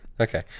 okay